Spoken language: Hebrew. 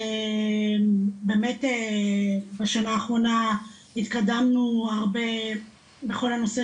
באמת בשנה האחרונה התקדמנו הרבה בכל הנושא